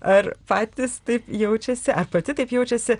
ar patys taip jaučiasi ar pati taip jaučiasi